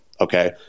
okay